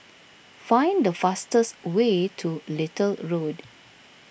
find the fastest way to Little Road